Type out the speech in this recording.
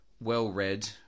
well-read